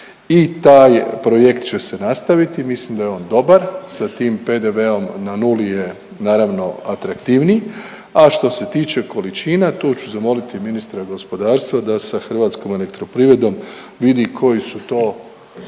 i taj projekt će se nastaviti. Mislim da je on dobar. Sa tim PDV-om na nuli je naravno atraktivniji, a što se tiče količina tu ću zamoliti ministra gospodarstva da sa Hrvatskom elektroprivredom vidi koji su to